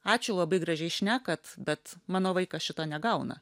ačiū labai gražiai šnekat bet mano vaikas šito negauna